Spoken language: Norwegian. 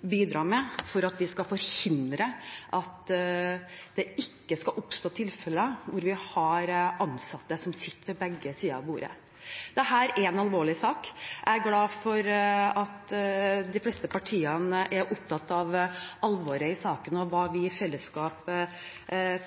bidra med for at vi skal forhindre at det ikke skal oppstå tilfeller der vi har ansatte som sitter på begge sider av bordet. Dette er en alvorlig sak. Jeg er glad for at de fleste partiene er opptatt av alvoret i saken og hva vi i fellesskap